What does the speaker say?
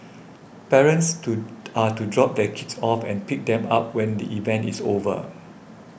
parents to are to drop their kids off and pick them up when the event is over